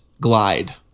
glide